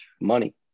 Money